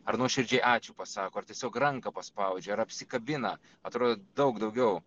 ar nuoširdžiai ačiū pasako ar tiesiog ranką paspaudžia ar apsikabina atrodo daug daugiau